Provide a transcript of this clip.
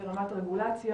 ברמת הרגולציה?